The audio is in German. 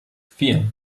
vier